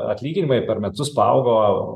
atlyginimai per metus paaugo